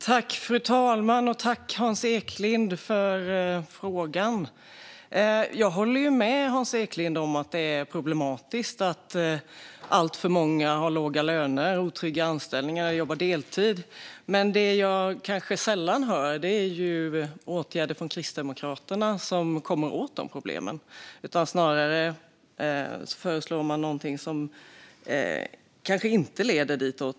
Fru talman! Jag tackar Hans Eklind för frågan. Jag håller med Hans Eklind om att det är problematiskt att alltför många har låga löner, otrygga anställningar och jobbar deltid. Men det jag sällan hör är förslag på åtgärder från Kristdemokraterna som kommer åt problemen. Snarare föreslår man något som inte leder dit.